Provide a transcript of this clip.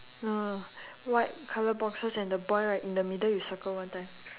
no no white colour boxes and the bird right in the middle you circle one time